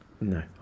No